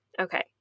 okay